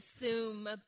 assume